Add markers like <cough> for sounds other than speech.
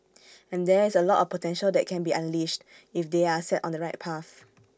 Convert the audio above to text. <noise> and there is A lot of potential that can be unleashed if they are set on the right path